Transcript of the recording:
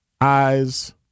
eyes